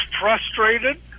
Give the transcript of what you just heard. frustrated